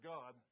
God